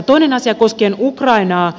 toinen asia koskien ukrainaa